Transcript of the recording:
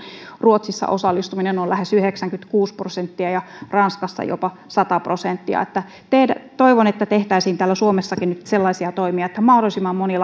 ruotsissa osallistuminen on lähes yhdeksänkymmentäkuusi prosenttia ja ranskassa jopa sata prosenttia toivon että tehtäisiin täällä suomessakin nyt sellaisia toimia että mahdollisimman moni